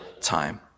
time